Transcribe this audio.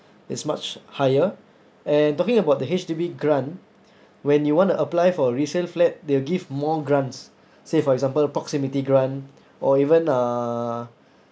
is much higher and talking about the H_D_B grant when you want to apply for resale flat they'll give more grants say for example proximity grant or even uh